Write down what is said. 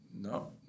no